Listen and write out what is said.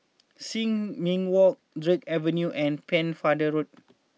Sin Ming Walk Drake Avenue and Pennefather Road